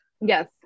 Yes